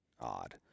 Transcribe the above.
odd